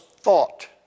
thought